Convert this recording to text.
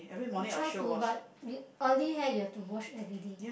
you try to what but oily hair you have wash everyday